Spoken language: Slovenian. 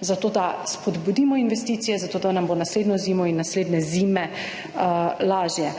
za to, da spodbudimo investicije, zato, da nam bo naslednjo zimo in naslednje zime lažje.